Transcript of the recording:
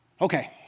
Okay